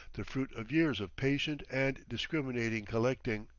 the fruit of years of patient and discriminating collecting.